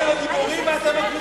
החיילים הם הגיבורים, ואתם הכנופיה.